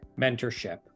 Mentorship